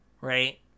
Right